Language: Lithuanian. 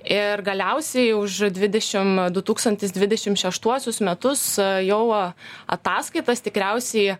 ir galiausiai už dvidešim du tūkstantis didešim šeštuosius metus jau ataskaitas tikriausiai